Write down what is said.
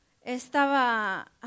estaba